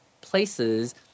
places